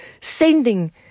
sending